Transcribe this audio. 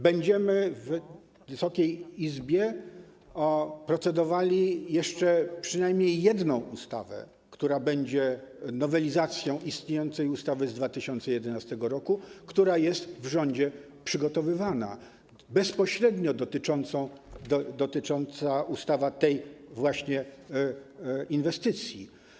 Będziemy w Wysokiej Izbie procedowali jeszcze przynajmniej nad jedną ustawą, która będzie nowelizacją istniejącej ustawy z 2011 r., która jest w rządzie przygotowywana, ustawę bezpośrednio dotyczącą tej właśnie inwestycji.